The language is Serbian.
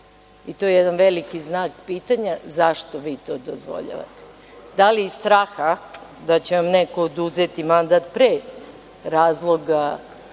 To je jedan veliki znak pitanja, zašto vi to dozvoljavate? Da li iz straha da će vam neko oduzeti mandat pre razloga